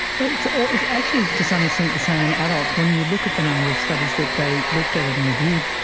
but it so is actually to some extent the same in adults. when you look at the number of of studies that they looked at at and reviewed,